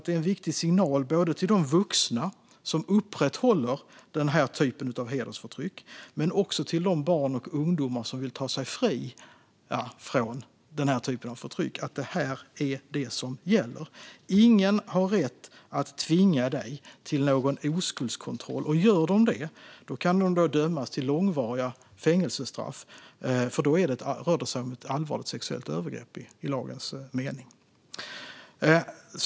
Det är en viktig signal både till de vuxna som upprätthåller den här typen av hedersförtryck och till de barn och ungdomar som vill göra sig fria från detta förtryck - det här är det som gäller. Ingen har rätt att tvinga någon till oskuldskontroll, och de som ändå gör det kan dömas till långvariga fängelsestraff, för då rör det sig om ett allvarligt sexuellt övergrepp i lagens mening.